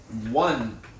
one